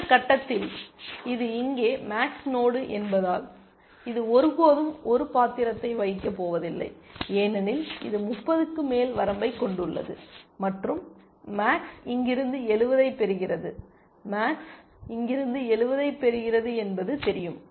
இந்த கட்டத்தில் இது இங்கே மேக்ஸ் நோடு என்பதால் இது ஒருபோதும் ஒரு பாத்திரத்தை வகிக்கப் போவதில்லை ஏனெனில் இது 30க்கு மேல் வரம்பைக் கொண்டுள்ளது மற்றும் மேக்ஸ் இங்கிருந்து 70 ஐப் பெறுகிறது மேக்ஸ் இங்கிருந்து 70 ஐப் பெறுகிறது என்பது தெரியும்